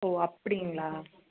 ஓ அப்படிங்களா